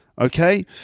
Okay